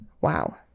Wow